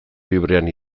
librean